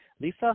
Lisa